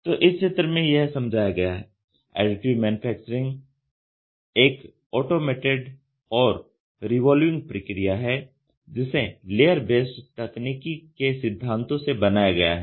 तो इस चित्र में यही समझाया गया है एडिटिव मैन्युफैक्चरिंग एक ऑटोमेटेड और रिवॉल्विंग प्रक्रिया है जिसे लेयर बेस्ड तकनीकी के सिद्धांतों से बनाया गया है